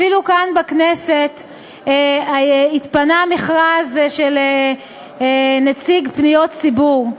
אפילו כאן בכנסת התפנה מכרז של נציג פניות הציבור.